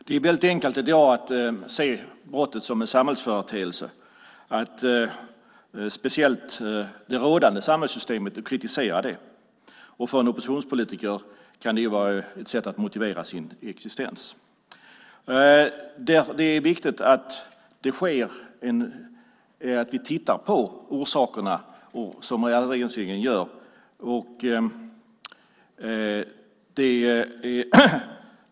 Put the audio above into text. Det är enkelt att i dag se brottet som en samhällsföreteelse och kritisera det rådande samhällssystemet. För en oppositionspolitiker kan det ju vara ett sätt att motivera sin existens. Det är viktigt att vi tittar på orsakerna, som alliansregeringen gör.